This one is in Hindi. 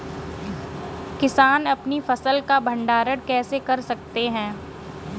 किसान अपनी फसल का भंडारण कैसे कर सकते हैं?